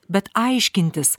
bet aiškintis